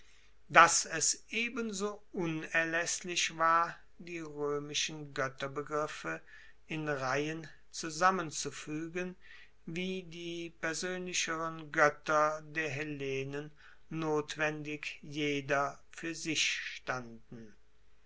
dass es ebenso unerlaesslich war die roemischen goetterbegriffe in reihen zusammenzufuegen wie die persoenlicheren goetter der hellenen notwendig jeder fuer sich standen